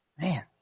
Man